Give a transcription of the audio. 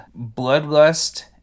Bloodlust